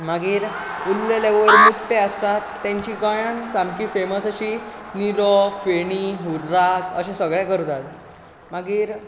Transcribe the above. मागीर उरलेले वयर मुट्टे आसतात तेंची गोंयांत सामकी फॅमस अशी निरो फेणी हुर्राक अशें सगळें करतात मागीर